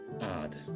Odd